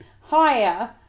higher